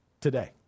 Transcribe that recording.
today